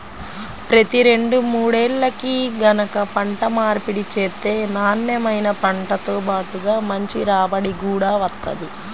ప్రతి రెండు మూడేల్లకి గనక పంట మార్పిడి చేత్తే నాన్నెమైన పంటతో బాటుగా మంచి రాబడి గూడా వత్తది